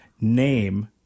name